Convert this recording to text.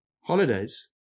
Holidays